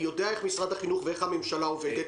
אני יודע איך משרד החינוך ואיך הממשלה עובדת,